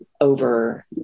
over